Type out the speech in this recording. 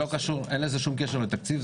אין לזה שום קשר לתקציב.